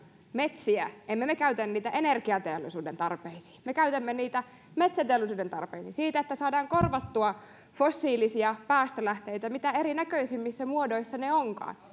metsiä emme me käytä niitä energiateollisuuden tarpeisiin me käytämme niitä metsäteollisuuden tarpeisiin siihen että saadaan korvattua fossiilisia päästölähteitä missä erinäköisissä muodoissa ne sitten ovatkaan